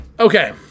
Okay